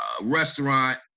restaurant